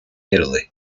italy